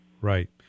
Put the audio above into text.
right